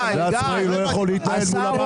ועצמאי לא יכול להתנהל מול הבנקים,